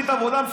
משפט